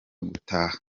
gutaha